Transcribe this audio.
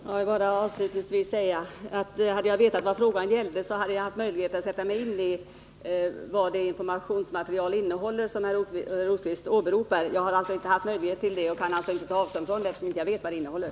Herr talman! Jag vill avslutningsvis säga att hade jag vetat vad frågan gällde, så hade jag haft möjlighet att sätta mig in i vad det informationsmaterial som herr Rosqvist åberopar innehåller. Nu vet jag inte detta, och jag kan därför inte heller ta avstånd från det.